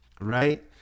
right